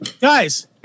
Guys